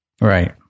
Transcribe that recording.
Right